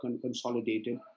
consolidated